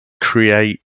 create